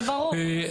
זה ברור.